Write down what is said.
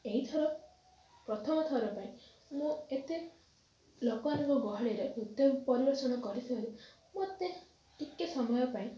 ଏଇଥର ପ୍ରଥମଥର ପାଇଁ ମୁଁ ଏତେ ଲୋକମାନଙ୍କ ଗହଳିରେ ନୃତ୍ୟ ପରିବେଷଣ କରିଥିବାରୁ ମତେ ଟିକେ ସମୟ ପାଇଁ